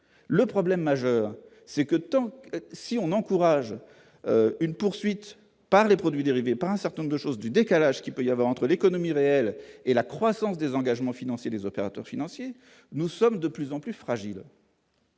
le problème majeur, c'est que tant si on encourage une poursuite par les produits dérivés, par un certain nombre de choses du décalage qu'il peut y avoir entre l'économie réelle et la croissance des engagements financiers des opérateurs financiers, nous sommes de plus en plus fragile.